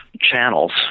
channels